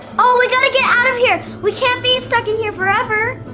oh we gotta get out of here. we can't be stuck in here forever!